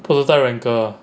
prototype rancour ah